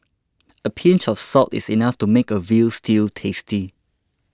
a pinch of salt is enough to make a Veal Stew tasty